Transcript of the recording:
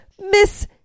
Miss